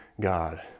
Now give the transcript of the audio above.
god